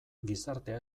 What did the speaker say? gizartea